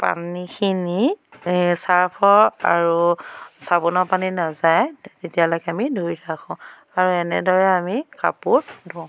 পানীখিনি চাৰ্ফৰ আৰু চাবোনৰ পানী নাযায় তেতিয়ালৈকে আমি ধুই থাকোঁ আৰু এনেদৰে আমি কাপোৰ ধোওঁ